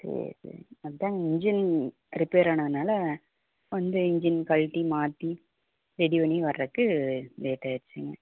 சரி சரிங்க அதாங்க இன்ஜின் ரிப்பேர் ஆனதுனால் வந்து இன்ஜின் கழட்டி மாட்டி ரெடி பண்ணி வரதுக்கு லேட் ஆகிருச்சிங்க